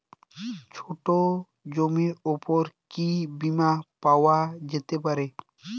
ছোট জমির উপর কি বীমা পাওয়া যেতে পারে?